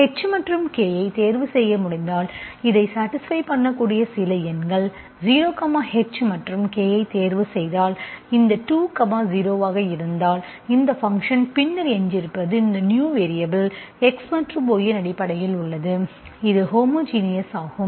h மற்றும் K ஐ தேர்வு செய்ய முடிந்தால் இதை சாடிஸ்ப்பை பண்ணக்கூடிய சில எண்கள் 0 h மற்றும் k ஐ தேர்வு செய்தால் இந்த 2 0 ஆக இருந்தால் இந்த ஃபங்க்ஷன் பின்னர் எஞ்சியிருப்பது இந்த நியூ வேரியபல் X மற்றும் Y இன் அடிப்படையில் உள்ளது இது ஹோமோஜினஸ் ஆகும்